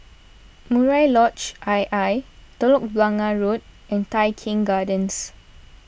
Murai Lodge I I Telok Blangah Road and Tai Keng Gardens